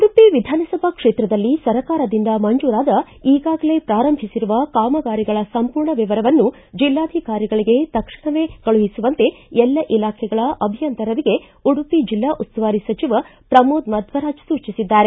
ಉಡುಪಿ ವಿಧಾನಸಭಾ ಕ್ಷೇತ್ರದಲ್ಲಿ ಸರ್ಕಾರದಿಂದ ಮಂಜೂರಾದ ಈಗಾಗಲೇ ಪ್ರಾರಂಭಿಸಿರುವ ಕಾಮಗಾರಿಗಳ ಸಂಪೂರ್ಣ ವಿವರವನ್ನು ಜಿಲ್ಲಾಧಿಕಾರಿಗಳಿಗೆ ತಕ್ಷಣವೇ ಕಳುಹಿಸುವಂತೆ ಎಲ್ಲಾ ಇಲಾಖೆಗಳ ಅಭಿಯಂತರರಿಗೆ ಉಡುಪಿ ಜಿಲ್ಲಾ ಉಸ್ತುವಾರಿ ಸಚಿವ ಪ್ರಮೋದ್ ಮಧ್ವರಾಜ್ ಸೂಚಿಸಿದ್ದಾರೆ